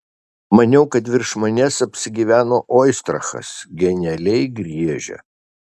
maniau kad virš manęs apsigyveno oistrachas genialiai griežia